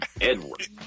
Edward